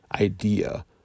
idea